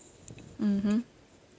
mmhmm